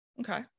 Okay